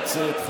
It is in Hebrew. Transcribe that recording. נא לצאת.